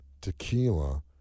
tequila